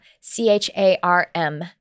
C-H-A-R-M